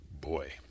Boy